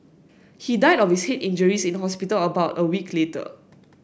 he died of his head injuries in hospital about a week later